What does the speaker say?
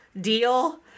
deal